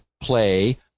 play